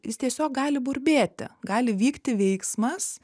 jis tiesiog gali burbėti gali vykti veiksmas